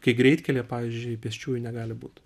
kai greitkelyje pavyzdžiui pėsčiųjų negali būt